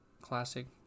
classic